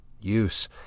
Use